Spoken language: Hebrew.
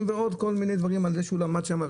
ועוד כל מיני דברים על זה שהוא למד שם,